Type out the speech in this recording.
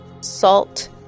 salt